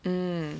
mm